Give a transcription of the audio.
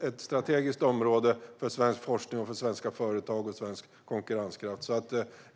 ett strategiskt område för svensk forskning, svenska företag och svensk konkurrenskraft.